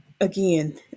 again